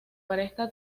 parezca